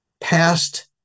past